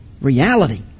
reality